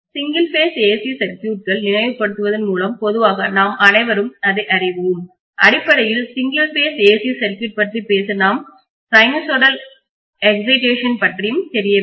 single phase AC சர்க்யூட்களை நினைவுபடுத்துவதன் மூலம் பொதுவாக நாம் அனைவரும் அதை அறிவோம் அடிப்படையில் சிங்கிள் பேஸ் AC சர்க்யூட் பற்றி பேச நாம் சைனூசாய்டல் எக்ஸிடேஷன் பற்றியும் தெரியவேண்டும்